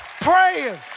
praying